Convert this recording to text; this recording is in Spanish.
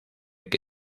que